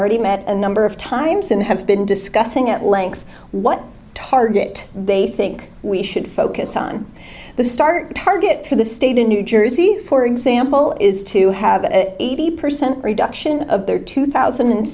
already met a number of times and have been discussing at length what target they think we should focus on the start target for the state in new jersey for example is to have an eighty percent reduction of their two thousand and